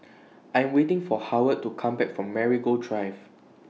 I'm waiting For Howard to Come Back from Marigold Drive